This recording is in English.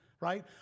right